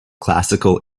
classical